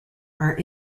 are